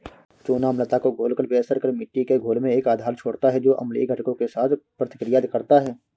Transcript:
चूना अम्लता को घोलकर बेअसर कर मिट्टी के घोल में एक आधार छोड़ता है जो अम्लीय घटकों के साथ प्रतिक्रिया करता है